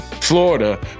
florida